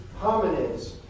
hominids